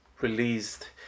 released